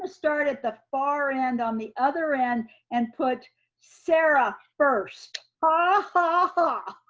start at the far end on the other end and put sara first, ah ha